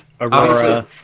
Aurora